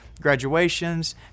graduations